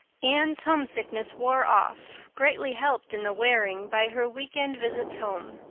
anne's homesickness wore off, greatly helped in the wearing by her weekend visits home.